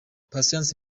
patient